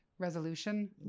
Resolution